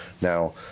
Now